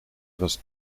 was